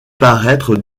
paraître